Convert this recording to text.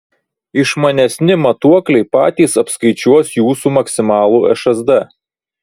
išmanesni matuokliai patys apskaičiuos jūsų maksimalų šsd